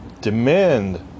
demand